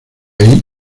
ahí